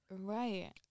right